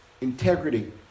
Integrity